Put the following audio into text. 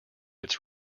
its